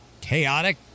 chaotic